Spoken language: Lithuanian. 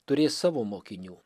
turės savo mokinių